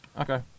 Okay